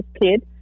kid